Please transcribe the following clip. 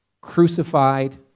crucified